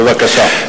בבקשה.